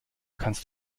kannst